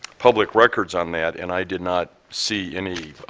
public records on that and i did not see any